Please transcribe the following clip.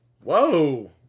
whoa